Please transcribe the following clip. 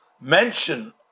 mention